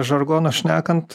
žargonu šnekant